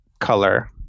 color